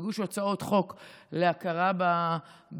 שהגישו הצעות חוק להכרה בפרשה,